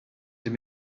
have